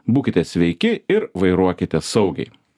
būkite sveiki ir vairuokite saugiai